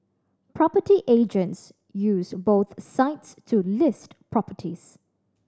property agents use both sites to list properties